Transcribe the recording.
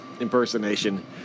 impersonation